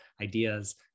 ideas